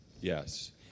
Yes